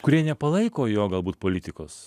kurie nepalaiko jo galbūt politikos